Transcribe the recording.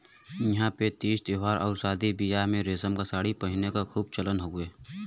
इहां पे तीज त्यौहार आउर शादी बियाह में रेशम क सारी पहिने क खूब चलन हौ